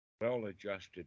well-adjusted